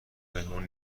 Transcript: پنهون